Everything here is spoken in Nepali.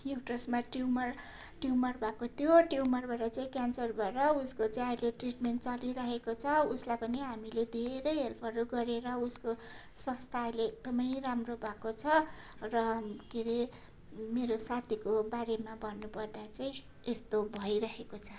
युटेरसमा ट्युमर ट्युमर भएको त्यो ट्युमरबाट चाहिँ क्यान्सर भएर उसको चाहिँ अहिले ट्रिटमेन्ट चलिरहेको छ उसलाई पनि हामीले धेरै हेल्पहरू गरेर उसको स्वास्थ्य अहिले एकदमै राम्रो भएको छ र के अरे मेरो साथीको बारेमा भन्नुपर्दा चाहिँ यस्तो भइरहेको छ